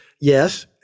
yes